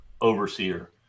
overseer